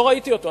לא ראיתי אותו,